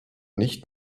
nicht